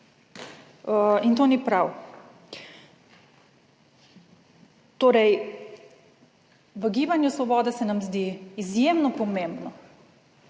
In to ni prav. Torej, v Gibanju Svoboda se nam zdi izjemno pomembno,